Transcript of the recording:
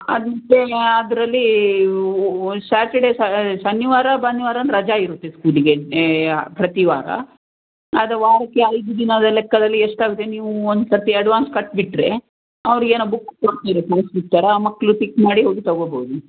ಅದನ್ನು ಪೇ ಅದರಲ್ಲಿ ಒಂ ಸಾಟರ್ಡೆ ಶನಿವಾರ ಭಾನುವಾರ ರಜಾ ಇರುತ್ತೆ ಸ್ಕೂಲ್ಗೆ ಪ್ರತಿ ವಾರ ಅದು ವಾರಕ್ಕೆ ಐದು ದಿನದ ಲೆಕ್ಕದಲ್ಲಿ ಎಷ್ಟು ಆಗುತ್ತೆ ನೀವು ಒಂದು ಸರ್ತಿ ಅಡ್ವಾನ್ಸ್ ಕಟ್ಟಿಬಿಟ್ರೆ ಅವರು ಏನೋ ಬುಕ್ ಕೊಡ್ತಾರೆ ಪೇಸ್ಲಿಪ್ ಥರ ಆ ಮಕ್ಕಳು ಪಿಕ್ ಮಾಡಿ ಹೋಗಿ ತಗೋಬೋದು